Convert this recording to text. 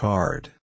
Card